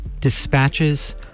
Dispatches